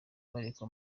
berekwa